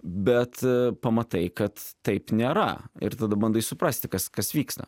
bet pamatai kad taip nėra ir tada bandai suprasti kas kas vyksta